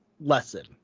lesson